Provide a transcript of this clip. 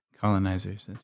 Colonizers